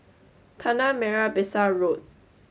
Tanah Merah Besar Road